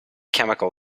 chemical